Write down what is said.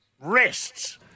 rests